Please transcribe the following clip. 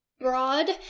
broad